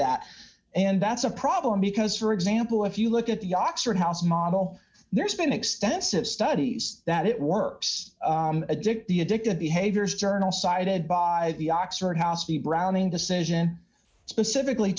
that and that's a problem because for example if you look at the oxford house model there's been extensive studies that it works addict the addictive behaviors journal cited by the oxford house the browning decision specifically